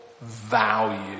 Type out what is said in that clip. value